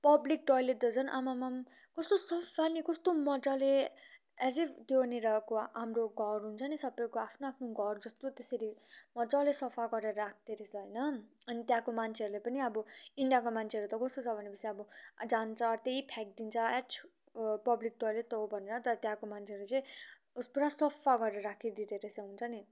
public toilet त झन् आमामाम् कस्तो सफा नि कस्तो मज्जाले एज इफ त्यहाँनिरको हाम्रो घर हुन्छ नि सबैको आफ्नो आफ्नो घर जस्तो त्यसरी मज्जाले सफा गरेर राख्दोरहेछ होइन अनि त्यहाँको मान्छेहरूले पनि अब इन्डियाको मान्छेहरू त कस्तो छ भनेपछि अब जान्छ त्यहीँ फ्याँकिदिन्छ एच पब्लिक टोइलेट त हो भनेर तर त्यहाँको मान्छेहरू चाहिँ पुरा सफा गरेर राखिदिँदो रहेछ हुन्छ नि